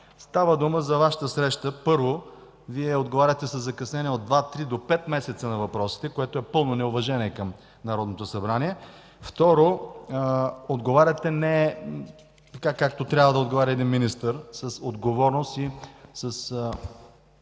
Става дума за Вашата среща. Първо, Вие отговаряте със закъснение от 2-3 до 5 месеца на въпросите, което е пълно неуважение към Народното събрание. Второ, отговаряте не така, както трябва да отговаря един министър – с отговорност към